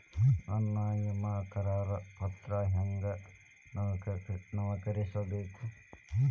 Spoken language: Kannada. ನನ್ನ ವಿಮಾ ಕರಾರ ಪತ್ರಾ ಹೆಂಗ್ ನವೇಕರಿಸಬೇಕು?